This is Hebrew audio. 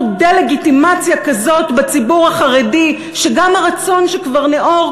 דה-לגיטימציה כזאת בציבור החרדי שגם הרצון שכבר ניעור,